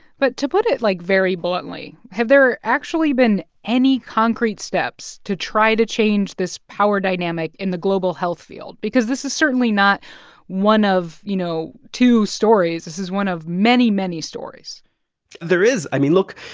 but to put it, like, very bluntly, have there actually been any concrete steps to try to change this power dynamic in the global health field? because this is certainly not one of, you know, two stories. this is one of many, many stories there is. i mean, look,